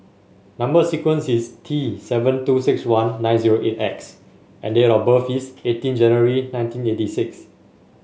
number sequence is T seven two six one nine zero eight X and date of birth is eighteen January nineteen eighty six